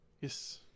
Yes